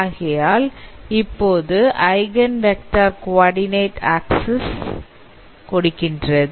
ஆகையால் இப்போது eigen vector coordinate axis கொடுக்கின்றது